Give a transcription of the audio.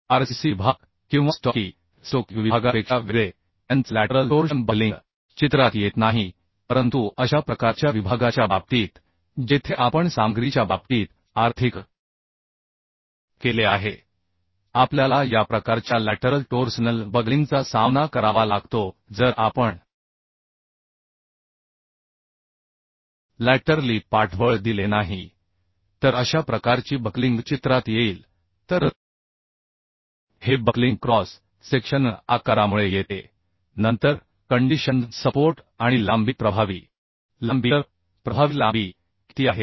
RCC विभाग किंवा stocky विभागापेक्षा वेगळे त्यांचे लॅटरल टोर्शन बकलिंग चित्रात येत नाही परंतु अशा प्रकारच्या विभागाच्या बाबतीत जेथे आपण सामग्रीच्या बाबतीत आर्थिक केले आहे आपल्याला या प्रकारच्या लॅटरल टोर्सनल बकलिंगचा सामना करावा लागतो जर आपण लॅटरली सपोर्ट दिले नाही तर अशा प्रकारची बक्लिंग चित्रात येईल तर हे बक्लिंग क्रॉस सेक्शनल आकारामुळे येते नंतर कंडिशन सपोर्ट आणि लांबी प्रभावी लांबी तर प्रभावी लांबी किती आहे